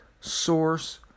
source